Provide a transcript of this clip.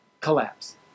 Collapse